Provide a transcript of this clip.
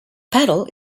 paddle